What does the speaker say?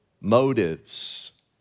Motives